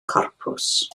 corpws